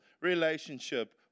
relationship